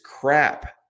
crap